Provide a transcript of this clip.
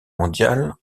mondiale